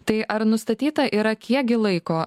tai ar nustatyta yra kiekgi laiko